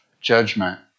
judgment